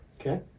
Okay